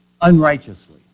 unrighteously